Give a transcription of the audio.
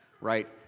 right